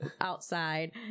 outside